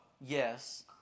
yes